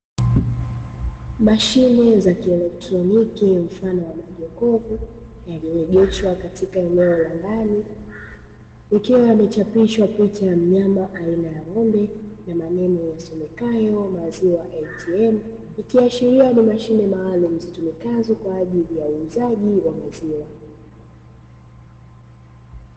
Mashine za kieletroniki mfano wa majokofu yameegeshwa kwatika eneo la ndani, likiwa limechapishwa picha ya mnyama aina ya ng'ombe na maneno yasomekayo "maziwa ATM" ikiashiria ni mashine maalumu zitumikazo kwa ajili ya uuzaji wa maziwa.